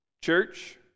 Church